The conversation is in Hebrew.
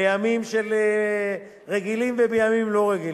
בימים רגילים ובימים לא רגילים,